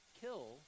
kill